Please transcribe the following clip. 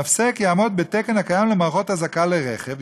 המפסק יעמוד בתקן הקיים למערכות אזעקה לרכב,